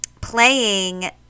playing